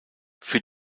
für